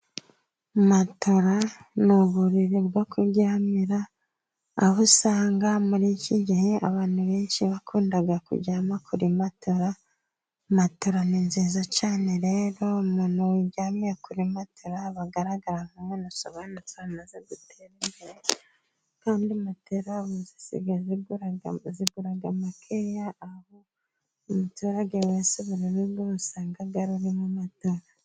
Matera ni uburiri bwo kuryamira, aho usanga muri iki gihe abantu benshi bakunda kuryama kuri matora. Matora ni nziza cyane rero, umuntu uryamiye kuri matela aba agaragara nk'umuntu usobanutse, umaze gutera imbere. kandi matera ubu zisigaye zigura makeya, aho umuturage wese, buri rugo usanga rurimo matera.